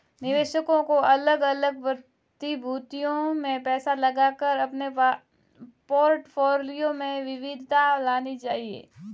निवेशकों को अलग अलग प्रतिभूतियों में पैसा लगाकर अपने पोर्टफोलियो में विविधता लानी चाहिए